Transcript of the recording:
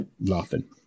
Laughing